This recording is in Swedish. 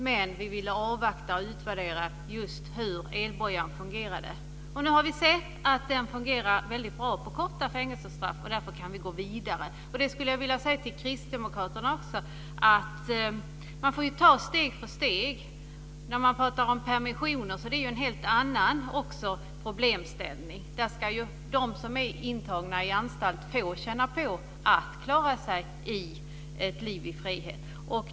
Men vi ville avvakta och utvärdera just hur elbojan fungerade. Nu har vi sett att den fungerar väldigt bra på korta fängelsestraff, och därför kan vi gå vidare. Jag skulle vilja säga till Kristdemokraterna att man får ta steg för steg när man talar om permissioner. Det är en helt annan problemställning. De som är intagna på anstalt ska få känna på att klara sig i ett liv i frihet.